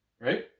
Right